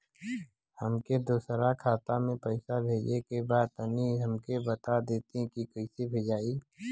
हमके दूसरा खाता में पैसा भेजे के बा तनि हमके बता देती की कइसे भेजाई?